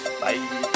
Bye